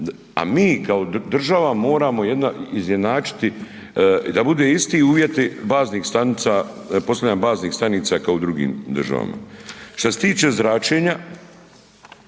a mi kao država moramo izjednačiti da bude isti uvjeti baznih stanica, postavljanje baznih stanica kao u drugim državama. Šta se tiče zračenja,